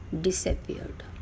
disappeared